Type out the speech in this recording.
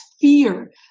fear